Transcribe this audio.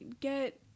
get